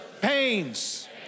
pains